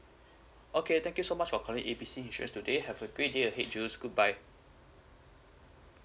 okay thank you so much for calling A B C insurance today have a great day ahead juls goodbye